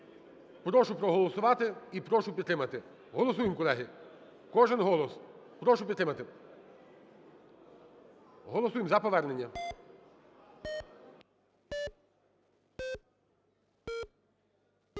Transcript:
Прошу проголосувати і прошу підтримати. Голосуємо, колеги, кожен голос. Прошу підтримати. Голосуємо за повернення.